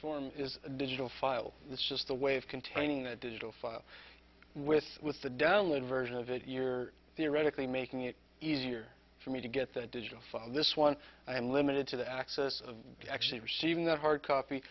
form is a digital file it's just the way of containing the digital file with with the download version of it you're theoretically making it easier for me to get the digital for this one and i'm limited to the access of actually receiving the hard copy